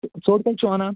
ژوٚٹ کَتہِ چھُو اَنان